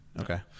Okay